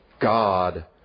God